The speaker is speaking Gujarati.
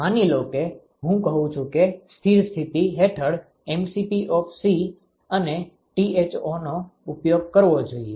માની લો કે હું કહું છું કે સ્થિર સ્થિતિ હેઠળ c અને Tho નો ઉપયોગ કરવો જોઈએ